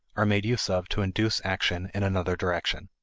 are made use of to induce action in another direction.